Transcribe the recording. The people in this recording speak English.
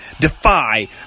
Defy